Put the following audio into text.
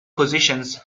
positions